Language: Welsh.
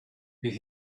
bydd